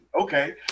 Okay